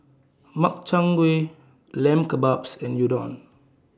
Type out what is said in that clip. Makchang Gui Lamb Kebabs and Udon